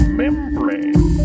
membrane